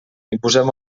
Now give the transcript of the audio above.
imposem